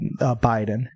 Biden